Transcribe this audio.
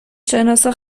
شناسا